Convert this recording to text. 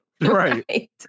Right